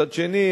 מצד שני,